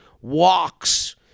walks